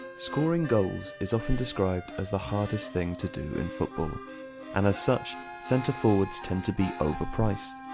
scoring goals is often described as the hardest thing to do in football and as such centre-forwards tend to be overpriced,